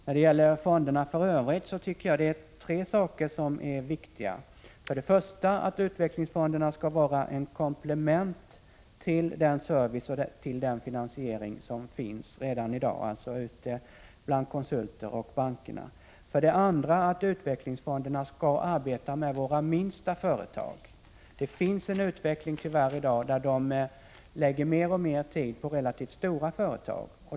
När det gäller fonderna för övrigt tycker jag att det är tre saker som är viktiga: 1. Utvecklingsfonderna skall vara ett komplement till den service och den finansiering som finns redan i dag ute bland konsulter och banker. 2. Utvecklingsfonderna skall arbeta med våra minsta företag. Det finns tyvärr en utveckling i dag där de lägger mer tid på relativt stora företag.